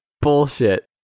bullshit